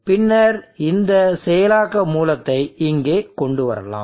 பின்னர் இந்த செயலாக்க மூலத்தை இங்கே கொண்டுவரலாம்